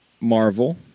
Marvel